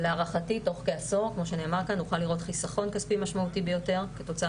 להערכתי תוך כדי עשור נוכל לראות חיסכון כספי משמעותי ביותר כתוצאה